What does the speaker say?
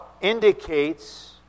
indicates